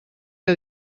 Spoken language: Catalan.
que